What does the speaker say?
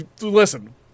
Listen